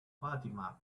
fatima